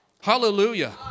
Hallelujah